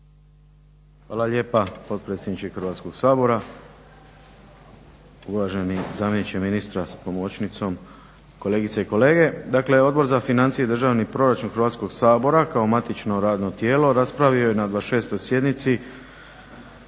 Hvala lijepa potpredsjedniče Hrvatskog sabora, uvaženi zamjeniče ministra s pomoćnicom, kolegice i kolege. Dakle, Odbor za financije i državni proračun Hrvatskog sabora kao matično radno tijelo raspravio je na 26. sjednici